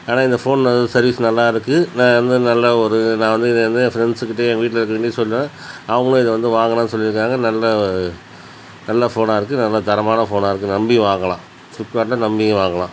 ஆனால் இந்த phone service நல்லா இருக்குது நான் வந்து நல்ல ஒரு நான் வந்து இது வந்து ஃபரெண்ட்ஸ் கிட்டேயும் என் வீட்டில் இருக்கிறவங்ககிட்டேயும் சொன்னேன் அவங்களும் இதை வந்து வாங்கறேன்னு சொல்லியிருக்காங்க நல்ல நல்ல ஃபோனாக இருக்குது நல்ல தரமான ஃபோனாக இருக்குது நம்பி வாங்கலாம் ஃபிளிப்கார்ட்டில் நம்பியும் வாங்கலாம்